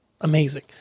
amazing